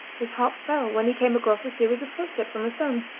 his heart fell when he came across a series of footsteps on the sands,